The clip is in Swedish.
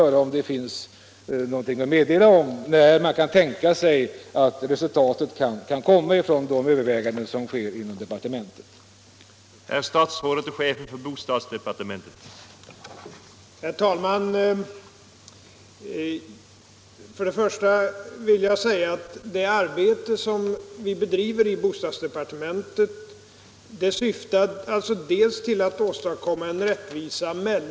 Jag vore därför intresserad av att höra när resultatet av de överväganden som sker inom departementet kan tänkas framläggas.